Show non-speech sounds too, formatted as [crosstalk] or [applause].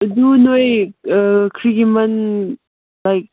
ꯑꯗꯨ ꯅꯣꯏ [unintelligible] ꯂꯥꯏꯛ